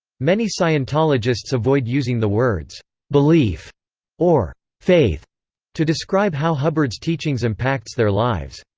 many scientologists avoid using the words belief or faith to describe how hubbard's teachings impacts their lives.